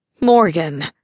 Morgan